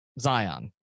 Zion